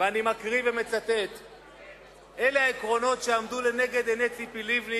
אני מקריא: "אלה העקרונות שעמדו לנגד עיני ציפי לבני